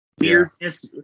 weirdness